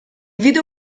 video